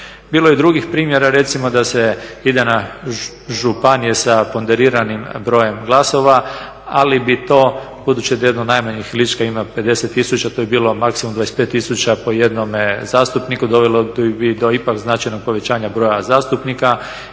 Bilo je i drugih primjera, recimo da se ide na županije sa ponderiranim brojem glasova, ali bi to budući da je jedna od najmanjih, Lička ima 50000 to bi bilo maksimum 25000 po jednome zastupniku dovelo bi do ipak značajnog povećanja broja zastupnika